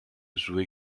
joue